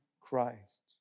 Christ